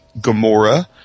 Gamora